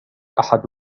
أحد